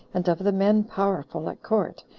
and of the men powerful at court,